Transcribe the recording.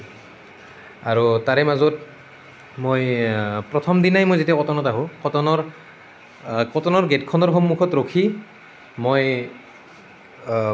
আৰু তাৰে মাজত মই প্ৰথম দিনাই মই যেতিয়া কটনত আহোঁ কটনত কটনৰ কটনৰ গেটখনৰ সন্মুখত ৰখি মই